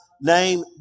name